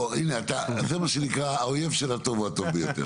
זה מה שנקרא "האויב של הטוב הוא הטוב ביותר".